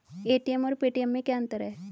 ATM और Paytm में क्या अंतर है?